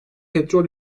petrol